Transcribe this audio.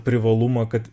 privalumą kad